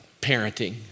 parenting